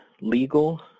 legal